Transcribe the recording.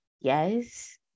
Yes